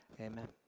amen